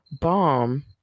Bomb